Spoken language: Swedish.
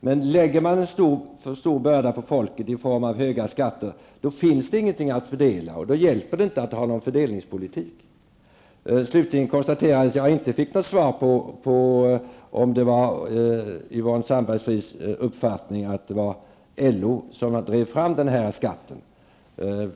Men om man lägger en för stor börda på folket i form av höga skatter finns det ingenting att fördela. Då hjälper det inte att ha en fördelningspolitik. Slutligen kan jag konstatera att jag inte fick något svar på om det är Yvonne Sandberg-Fries uppfattningen att det var LO som drev fram den här skatten.